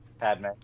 Padme